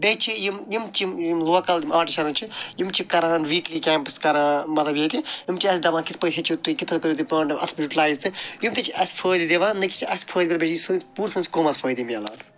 بیٚیہِ چھِ یِم یِم چھِ یِم لوکَل یِم آرٹِسَنٕز چھِ یِم چھِ کران ویٖکلی کیمپٕس کران مطلب ییٚتہِ یِم چھِ اَسہِ دَپان کِتھۍ پٲٹھۍ ہیٚچھِو تُہۍ کِتھۍ پٲٹھۍ کٔرِو تُہۍ اَصٕل پٲٹھۍ یُٹلایِز تہٕ یِم تہِ چھِ اَسہِ فٲیدٕ دِوان مےٚ کیٛاہ چھِ اَسہِ بیٚیہِ دی سُہ پوٗرٕ قومَس فٲیدٕ مِلان